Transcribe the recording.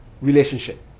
relationship